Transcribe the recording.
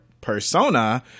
persona